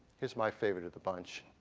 here's my favorite of the bunch.